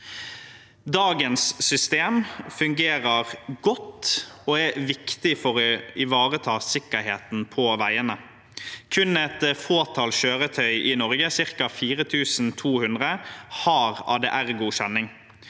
Dagens system fungerer godt og er viktig for å ivareta sikkerheten på veiene. Kun et fåtall kjøretøy i Norge, ca. 4 200, har ADR-godkjenning.